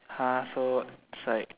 !huh! so it's like